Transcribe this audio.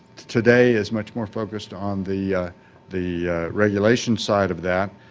today is much more focused on the the regulation side of that.